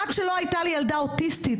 עד שלא הייתה לי ילדה אוטיסטית,